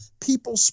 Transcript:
people